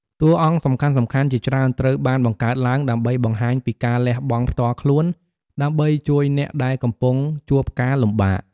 តួអង្គសំខាន់ៗជាច្រើនត្រូវបានបង្កើតឡើងដើម្បីបង្ហាញពីការលះបង់ផ្ទាល់ខ្លួន ដើម្បីជួយអ្នកដែលកំពុងជួបការលំបាក។